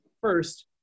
first